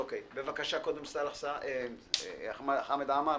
בבקשה, חבר הכנסת חמד עמאר.